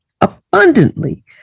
abundantly